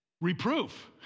Reproof